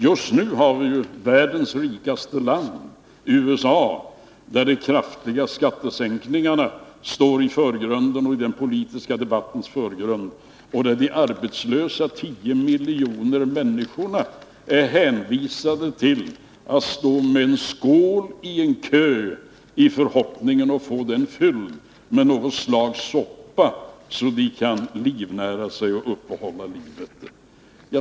Just nu har världens rikaste land, USA, där de kraftiga skattesänkningarna står i den politiska debattens förgrund, tio miljoner arbetslösa människor som är hänvisade till att stå med en skål i en kö i förhoppningen att få den fylld med något slags soppa så att de kan uppehålla livet.